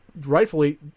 rightfully